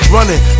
Running